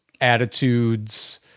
attitudes